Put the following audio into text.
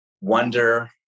wonder